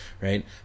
right